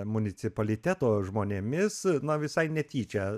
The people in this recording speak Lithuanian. municipaliteto žmonėmis na visai netyčia